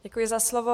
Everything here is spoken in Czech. Děkuji za slovo.